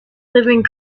living